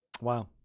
Wow